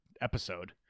episode